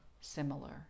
similar